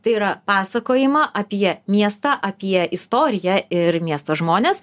tai yra pasakojimą apie miestą apie istoriją ir miesto žmones